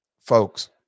folks